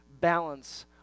balance